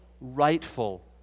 rightful